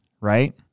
right